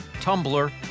Tumblr